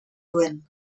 duen